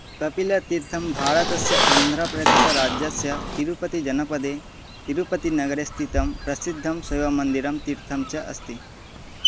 कपिलतीर्थं भारतस्य आन्ध्रप्रदेशराज्यस्य तिरुपतिजनपदे तिरुपतिनगरे स्थितं प्रसिद्धं शिवमन्दिरं तीर्थं च अस्ति